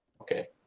Okay